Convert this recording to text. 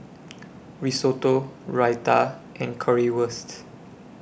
Risotto Raita and Currywurst